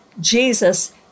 Jesus